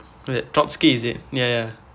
wait trotsky is it ya ya